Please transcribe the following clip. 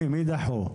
מי דחו?